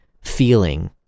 feeling